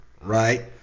right